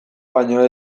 baino